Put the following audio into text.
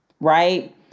Right